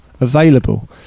available